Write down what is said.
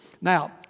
now